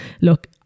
look